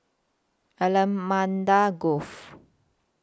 Allamanda Grove